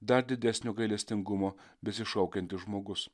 dar didesnio gailestingumo besišaukiantis žmogus